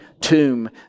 tomb